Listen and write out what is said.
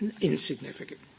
insignificant